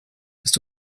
ist